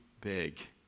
big